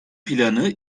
planı